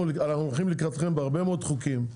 אנחנו הולכים לקראתכם בהרבה מאוד חוקים.